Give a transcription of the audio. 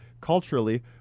culturally